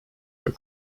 were